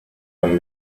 haben